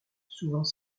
souvent